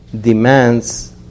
demands